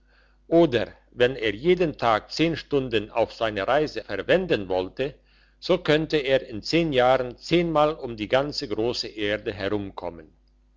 oder wenn er jeden tag zehn stunden auf seine reise verwenden wollte so könnte er in zehn jahren zehnmal um die ganze grosse erde herumkommen